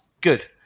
Good